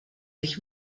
sich